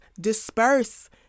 disperse